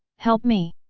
help me!